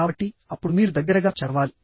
కాబట్టి అప్పుడు మీరు దగ్గరగా చదవాలి